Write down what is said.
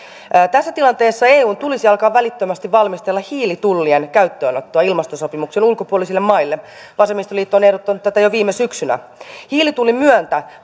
tässä tilanteessa eun tulisi alkaa välittömästi valmistella hiilitullien käyttöönottoa ilmastosopimuksen ulkopuolisille maille vasemmistoliitto on ehdottanut tätä jo viime syksynä hiilitullin myötä